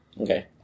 Okay